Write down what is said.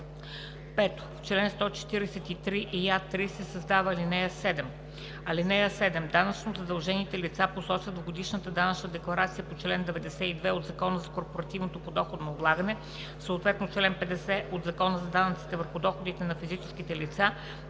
5. В чл. 143я3 се създава ал. 7: „(7) Данъчно задължените лица посочват в годишната данъчна декларация по чл. 92 от Закона за корпоративното подоходно облагане, съответно по чл. 50 от Закона за данъците върху доходите на физическите лица,